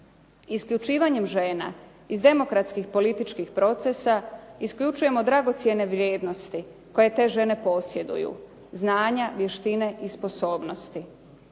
Isključivanjem žena iz demokratskih političkih procesa isključujemo dragocjene vrijednosti koje te žene posjeduju: znanja, vještine i sposobnosti.